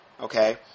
Okay